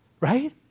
Right